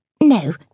no